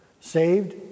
Saved